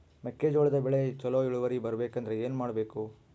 ಮೆಕ್ಕೆಜೋಳದ ಬೆಳೆ ಚೊಲೊ ಇಳುವರಿ ಬರಬೇಕಂದ್ರೆ ಏನು ಮಾಡಬೇಕು?